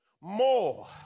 more